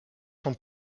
son